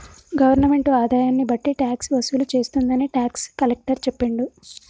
government ఆదాయాన్ని బట్టి tax వసూలు చేస్తుందని టాక్స్ కలెక్టర్ చెప్పిండు